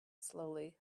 slowly